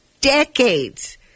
decades